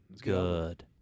good